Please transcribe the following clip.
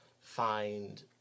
find